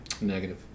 negative